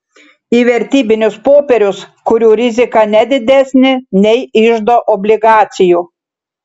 į vertybinius popierius kurių rizika ne didesnė nei iždo obligacijų